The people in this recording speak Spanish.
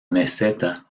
meseta